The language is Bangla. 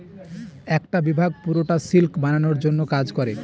একটা বিভাগ পুরোটা সিল্ক বানানোর জন্য কাজ করে